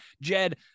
Jed